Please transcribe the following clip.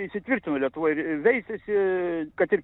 įsitvirtino lietuvoj ir veisiasi kad ir